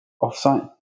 off-site